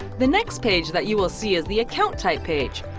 the next page that you will see is the account type page.